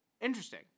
Interesting